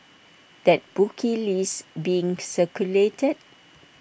that bookie list being circulated